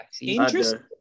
Interesting